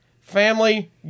family